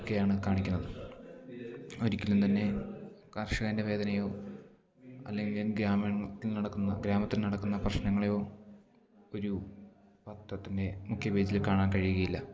ഒക്കെയാണ് കാണിക്കുന്നത് ഒരിക്കലുംതന്നെ കർഷകൻറ്റെ വേദനയോ അല്ലെങ്കിൽ ഗ്രാമീണത്തിൽ നടക്കുന്ന ഗ്രാമത്തിൽ നടക്കുന്ന പ്രശ്നങ്ങളെയോ ഒരു പത്രത്തിൻറ്റെ മുഖ്യ പേജിൽ കാണാൻ കഴിയുകയില്ല